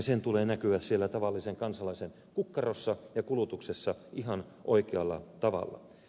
sen tulee näkyä siellä tavallisen kansalaisen kukkarossa ja kulutuksessa ihan oikealla tavalla